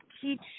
teach